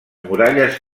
muralles